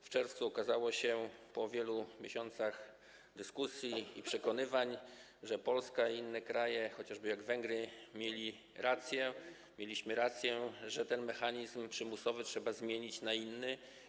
W czerwcu okazało się po wielu miesiącach dyskusji i przekonywań, że Polska i inne kraje, chociażby Węgry, miały rację, że ten mechanizm przymusowy trzeba zmienić na inny.